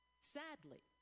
Sadly